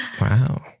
Wow